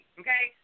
okay